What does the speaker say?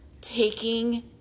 taking